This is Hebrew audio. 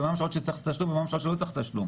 ומהן השעות שצריך תשלום ומהן השעות שלא צריך תשלום.